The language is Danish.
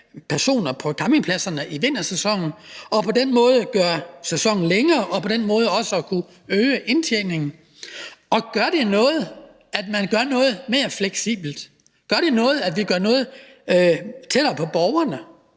personer på campingpladserne i vintersæsonen for på den måde at gøre sæsonen længere og også at kunne øge indtjeningen. Gr det noget, at man gør noget mere fleksibelt? Gør det noget, at vi får noget tættere på borgerne?